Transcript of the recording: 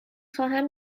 خواهم